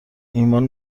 ایمان